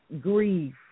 grief